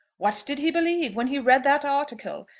what did he believe? when he read that article,